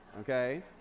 okay